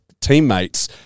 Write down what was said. teammates